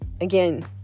again